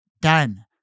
done